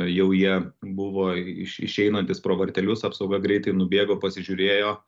jau jie buvo išeinantys pro vartelius apsauga greitai nubėgo pasižiūrėjo